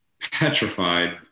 petrified